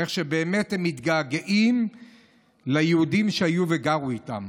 איך שבאמת הם מתגעגעים ליהודים שהיו שם וגרו איתם.